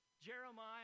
Jeremiah